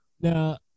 Now